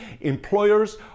Employers